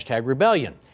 #Rebellion